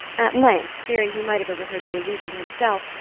at length, fearing he might have overheard the allusion to himself,